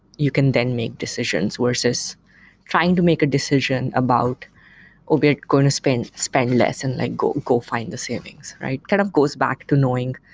you can then make decisions versus trying to make a decision about ah we're going to spend spend less and like go go find the savings, right? kind of goes back to knowing.